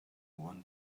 one